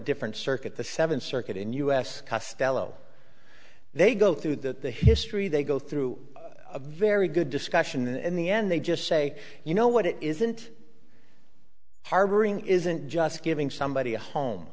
different circuit the seventh circuit in u s custody low they go through that the history they go through a very good discussion and in the end they just say you know what it isn't harboring isn't just giving somebody a